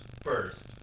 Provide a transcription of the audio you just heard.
first